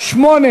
לסעיף 8